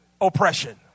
oppression